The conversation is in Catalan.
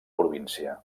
província